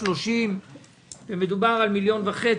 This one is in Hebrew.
תקרה של 1.5 מיליון שקל.